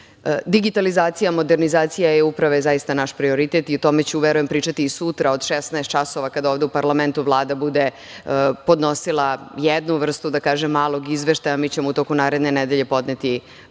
naplaćuju. Digitalizacija i modernizacija e-uprave je zaista naš prioritet i o tome ću, verujem, pričati i sutra od 16.00 časova, kada ovde u parlamentu Vlada bude podnosila jednu vrstu malog izveštaja, jer ćemo mi u toku naredne nedelje podneti